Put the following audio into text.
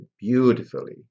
beautifully